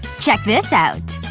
check this out!